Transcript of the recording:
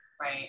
right